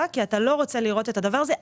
כי אתה לא רוצה לראות את הדבר הזה.